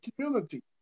community